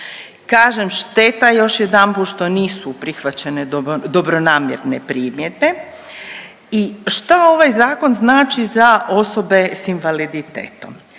Kažem, šteta još jedanput što nisu prihvaćene dobronamjerne primjedbe i šta ovaj Zakon znači za osobe s invaliditetom?